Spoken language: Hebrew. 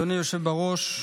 אדוני היושב בראש,